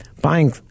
buying